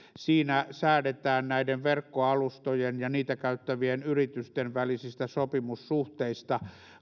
siinä säädetään näiden verkkoalustojen ja niitä käyttävien yritysten välisistä sopimussuhteista